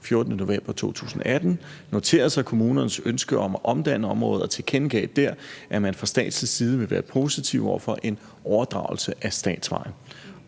14. november 2018 noteret sig kommunernes ønske om at omdanne området, og man tilkendegav dér, at man fra statens side vil være positiv over for en overdragelse af statsvejen.